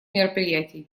мероприятий